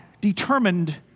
determined